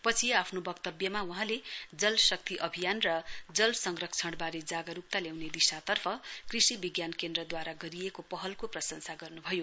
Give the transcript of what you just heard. पछि आफ्नो वक्तव्यमा वहाँले जलशक्ति अभियान र जलसंरक्षणबारे जागरूकता ल्याउने दिशातर्फ कृषि विज्ञान केन्द्रद्वारा गरिएको पहलको प्रशंसा गर्नु भयो